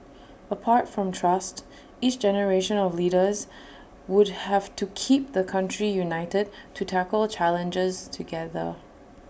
apart from trust each generation of leaders would have to keep the country united to tackle challenges together